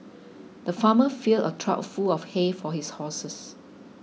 the farmer filled a trough full of hay for his horses